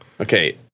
Okay